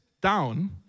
down